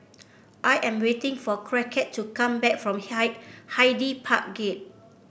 I am waiting for Crockett to come back from Hyde Park Gate